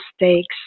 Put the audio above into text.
mistakes